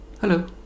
Hello